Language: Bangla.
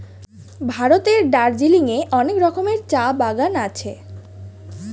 ভারতের দার্জিলিং এ অনেক রকমের চা বাগান আছে